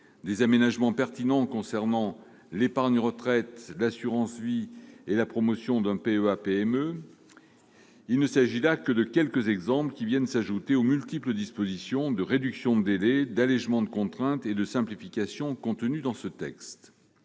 des aménagements pertinents concernant l'épargne retraite et l'assurance vie et la promotion d'un PEA-PME. Il ne s'agit là que de quelques exemples, qui viennent s'ajouter aux multiples dispositions de réduction de délais, d'allégement de contraintes et de simplification contenues dans ce texte.